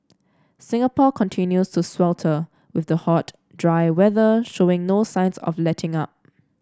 Singapore continues to swelter with the hot dry weather showing no signs of letting up